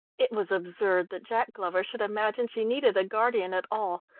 it was absurd that jack glover should imagine she needed a guardian at all,